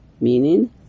meaning